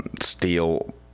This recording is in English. Steel